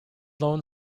lone